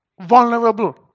vulnerable